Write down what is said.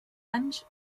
anys